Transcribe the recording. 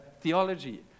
theology